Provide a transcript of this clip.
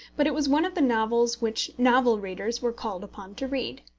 but it was one of the novels which novel readers were called upon to read.